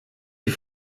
die